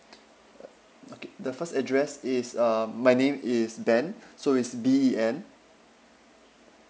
okay the first address is um my name is ben so it's B E N